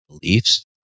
beliefs